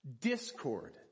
discord